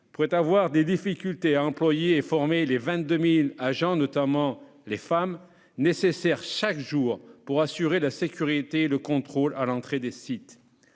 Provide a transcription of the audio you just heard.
pourraient rencontrer des difficultés pour recruter et former les 22 000 agents, notamment les femmes, nécessaires chaque jour pour assurer la sécurité et le contrôle à l'entrée des sites.